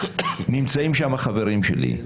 נמצאים שם חברים שלי.